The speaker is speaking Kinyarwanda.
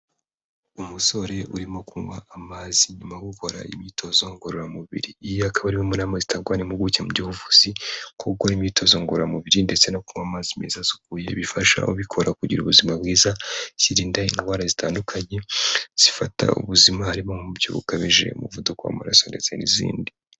Umusore urimo kunywa amazi nyuma yo gukora imyitozo ngororamubiri. Iyo akabaikaba ari imwe mu nama zitangwa n'impuguke mu by'ubuvuzi ku ukora imyitozo ngororamubiri ndetse no kuba yanywa amazi meza asukuye. Bifasha ubikora kugira ubuzima bwiza, birinda indwara zitandukanye zifata ubuzima harimo umubyibuho ukabije, umuvuduko w'amaraso ndetse n'izindi.